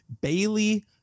Bailey